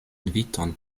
inviton